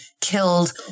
killed